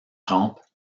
rampe